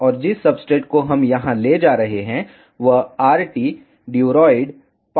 और जिस सब्सट्रेट को हम यहां ले जा रहे हैं वह RT duroid 5870 है